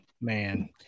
Man